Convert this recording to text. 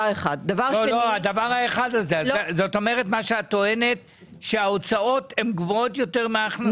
מה שאת טוענת זה שההוצאות הן גבוהות יותר מההכנסות?